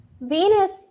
Venus